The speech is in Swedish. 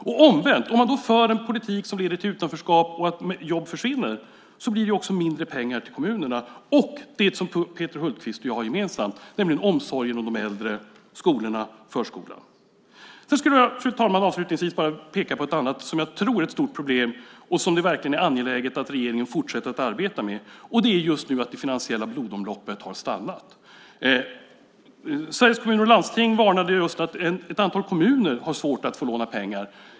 Och omvänt, om man för en politik som leder till utanförskap och att jobb försvinner blir det också mindre pengar till kommunerna och till det som Peter Hultqvist och jag har gemensamt, nämligen omsorgen om de äldre, skolorna och förskolorna. Fru talman! Avslutningsvis skulle jag vilja peka på ett annat, som jag tror är ett stort problem och som det verkligen är angeläget att regeringen fortsätter att arbeta med. Det är att det finansiella blodomloppet har stannat. Sveriges Kommuner och Landsting varnade just för att ett antal kommuner har svårt att få låna pengar.